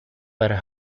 were